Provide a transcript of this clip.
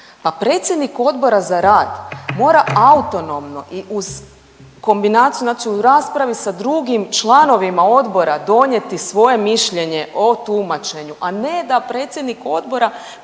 Pa predsjednik Odbora za rad mora autonomno i uz kombinaciju znači u raspravi sa drugim članovima odbora donijeti svoje mišljenje o tumačenju, a ne da predsjednik odbora